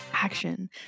action